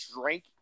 drink